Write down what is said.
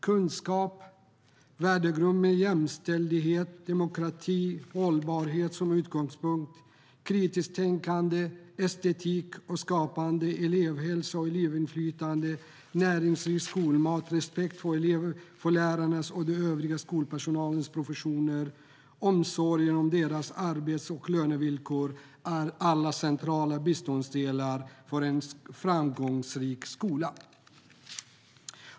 Kunskap, värdegrund med jämställdhet, demokrati och hållbarhet som utgångspunkt, kritiskt tänkande, estetik och skapande, elevhälsa och elevinflytande, näringsrik skolmat, respekt för lärarnas och den övriga skolpersonalens professioner och omsorgen om deras arbets och lönevillkor är alla centrala beståndsdelar för en framgångsrik skola.